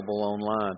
online